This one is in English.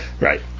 right